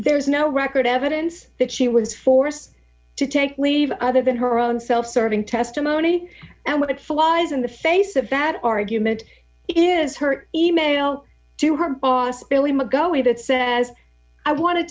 there's no record evidence that she was forced to take leave other than her own self serving testimony and what flies in the face of that argument is her email to her boss billy mcgaughey that says i want to